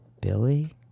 Billy